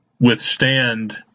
withstand